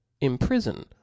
imprison